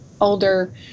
older